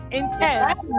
intense